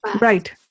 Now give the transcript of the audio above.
Right